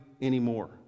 anymore